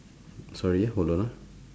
sorry hold on ah